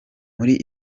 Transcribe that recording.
muri